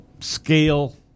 scale